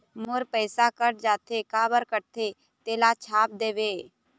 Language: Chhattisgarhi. मोर पैसा कट जाथे काबर कटथे तेला छाप देव?